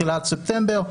תחילת ספטמבר,